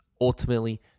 ultimately